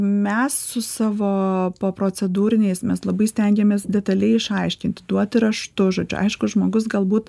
mes su savo poprocedūriniais mes labai stengiamės detaliai išaiškinti duoti raštu žodžiu aišku žmogus galbūt